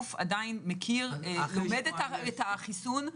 הגוף עדיין לומד את החיסון.